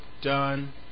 done